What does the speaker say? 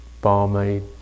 barmaid